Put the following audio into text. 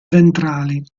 ventrali